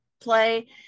play